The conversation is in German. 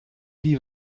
die